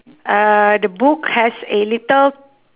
uh the book has a little